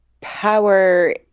power